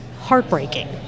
heartbreaking